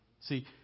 See